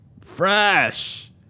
fresh